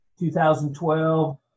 2012